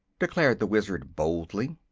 declared the wizard, boldly.